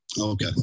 okay